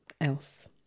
else